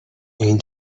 این